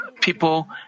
people